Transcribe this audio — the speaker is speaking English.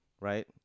Right